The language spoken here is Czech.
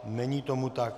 Není tomu tak.